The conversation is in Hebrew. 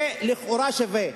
זה לכאורה שווה.